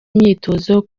imyitozo